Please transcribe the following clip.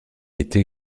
était